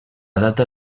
data